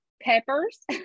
peppers